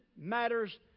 matters